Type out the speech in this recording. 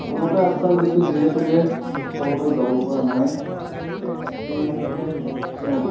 ফোনতে আশ্বাস দিছোঁ যিহেতুকে ওচৰতে যাব পৰা নাই সেই হেতুকে তেওঁ